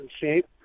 shape